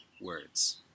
words